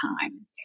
time